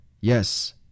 Yes